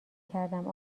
کردم